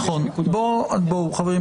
בואו חברים.